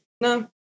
no